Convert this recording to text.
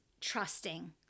trusting